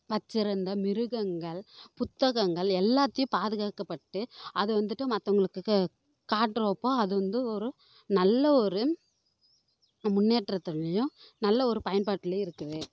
வச்சுருந்த மிருகங்கள் புத்தகங்கள் எல்லாத்தையும் பாதுகாக்கப்பட்டு அதை வந்துட்டு மற்றவங்களுக்கு க காட்டுறப்போ அது வந்து ஒரு நல்ல ஒரு முன்னேற்றத்திலையும் நல்ல ஒரு பயன்பாட்டிலையும் இருக்குது